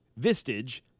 Vistage